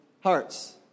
hearts